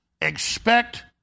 Expect